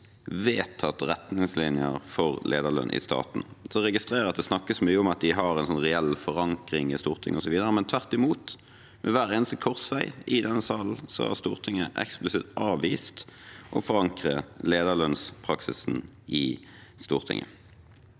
vedtatt retningslinjer for lederlønn i staten. Jeg registrerer at det snakkes mye om at det har en reell forankring i Stortinget osv., men tvert imot: Ved hver eneste korsvei i denne salen har Stortinget eksplisitt avvist å forankre lederlønnspraksisen i Stortinget.